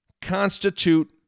constitute